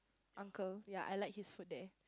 uncle ya I like his food there